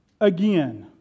again